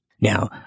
Now